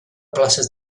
places